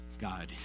God